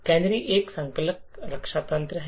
canary एक संकलक रक्षा तंत्र है